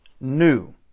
new